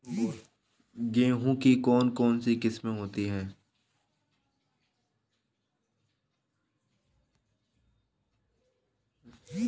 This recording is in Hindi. गेहूँ की कौन कौनसी किस्में होती है?